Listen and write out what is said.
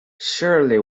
surely